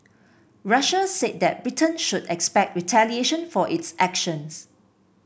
Russia said that Britain should expect retaliation for its actions